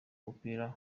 umupira